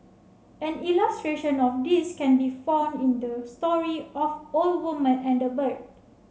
an illustration of this can be found in the story of old woman and the bird